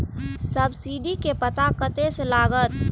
Subsidy के पता कतय से लागत?